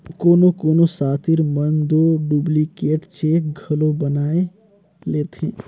कोनो कोनो सातिर मन दो डुप्लीकेट चेक घलो बनाए लेथें